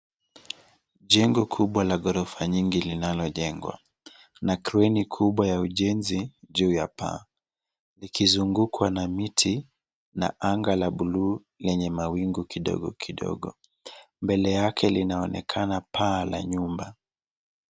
Jengo kubwa la ghorofa nyingi linalojengwa na kreni kubwa ya ujenzi juu ya paa likizungukwa na miti na anga la buluu lenye mawingu kidogo kidogo mbele yake linaonekana paa lenye nyumba.